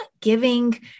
giving